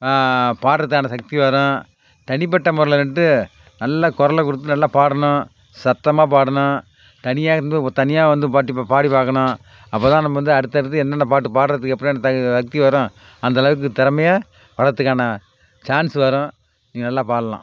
பாடுறத்துக்கான சக்தி வரும் தனிப்பட்ட முறைல வந்து நல்லா குரலக் கொடுத்து நல்லா பாடணும் சத்தமாக பாடணும் தனியாக இருந்தது ஓர் தனியாக வந்து பாட்டு இப்போ பாடிப் பார்க்கணும் அப்போதான் நம்ம வந்து அடுத்த அடுத்து என்னென்ன பாட்டு பாடுறது எப்போதான் எனக்கு தை சக்தி வரும் அந்த அளவுக்கு திறமைய வளர்த்துக்கணும் சான்ஸ் வரும் நீங்கள் நல்லா பாடலாம்